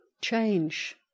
change